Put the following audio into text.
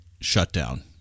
shutdown